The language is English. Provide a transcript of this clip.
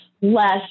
less